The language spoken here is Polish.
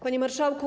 Panie Marszałku!